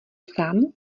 sám